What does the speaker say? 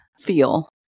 feel